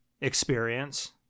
experience